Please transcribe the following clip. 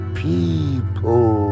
people